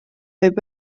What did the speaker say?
võib